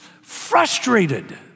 frustrated